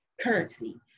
currency